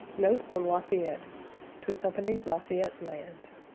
note on la fayette to accompany la fayette lands